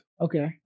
Okay